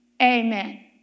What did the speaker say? amen